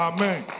Amen